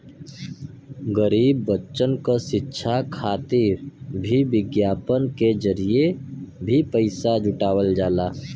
गरीब बच्चन क शिक्षा खातिर भी विज्ञापन के जरिये भी पइसा जुटावल जाला